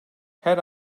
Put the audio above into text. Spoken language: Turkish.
her